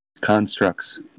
constructs